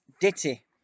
Ditty